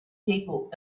people